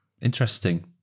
Interesting